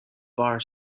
bar